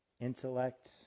intellect